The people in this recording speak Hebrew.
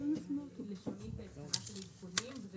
בלשונית --- אנחנו